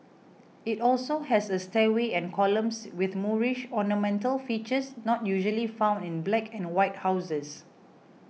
it also has a stairway and columns with Moorish ornamental features not usually found in black and white houses